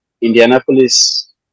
Indianapolis